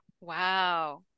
Wow